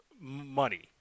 money